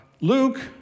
Luke